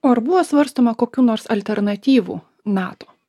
o ar buvo svarstoma kokių nors alternatyvų nato